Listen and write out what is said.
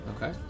Okay